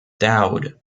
dowd